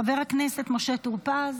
חבר הכנסת משה טור פז,